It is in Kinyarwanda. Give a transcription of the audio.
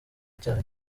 icyaha